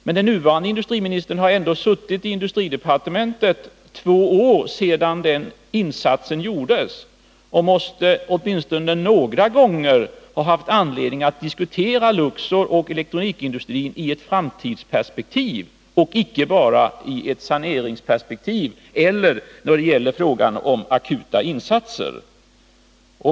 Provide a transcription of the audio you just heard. Men den nuvarande industriministern har suttit i industridepartementet i två år efter att den insatsen gjordes och måste åtminstone några gånger ha haft anledning att diskutera Luxor och elektronikindustrin i ett framtida perspektiv och icke bara i saneringsperspektiv eller då det gäller akuta insatser.